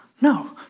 No